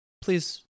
please